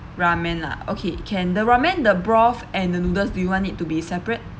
ramen lah okay can the ramen the broth and the noodles do you want it to be separate